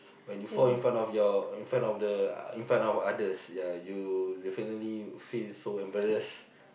when you fall in front of your in front of the in front of others yeah you definitely feel so embarrass